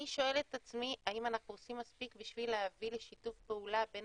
אני שואלת את עצמי האם אנחנו עושים מספיק בשביל להביא לשיתוף פעולה בין